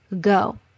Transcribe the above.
go